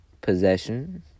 Possession